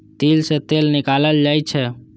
तिल सं तेल निकालल जाइ छै